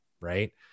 right